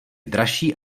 dražší